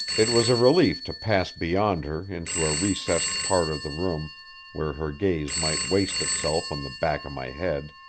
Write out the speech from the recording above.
it was a relief to pass beyond her into a recessed part of the room where her gaze might waste itself on the back of my head.